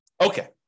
Okay